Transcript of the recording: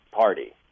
party